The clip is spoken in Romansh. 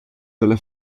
dalla